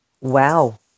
wow